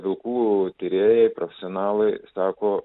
vilkų tyrėjai profesionalai sako